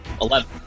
Eleven